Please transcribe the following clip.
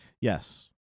yes